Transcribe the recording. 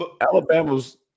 Alabama's